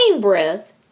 breath